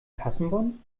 kassenbon